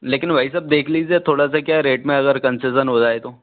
लेकिन भाई साहब देख लीजिए थोड़ा सा क्या रेट मे अगर कंसेशन हो जाए तो